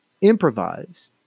improvise